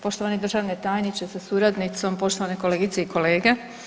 Poštovani državni tajniče sa suradnicom, poštovane kolegice i kolege.